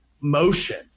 motion